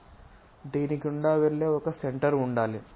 కాబట్టి దీని గుండా వెళ్ళే ఒక సెంటర్ ఉండాలి